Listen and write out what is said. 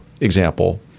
example